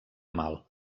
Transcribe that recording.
mal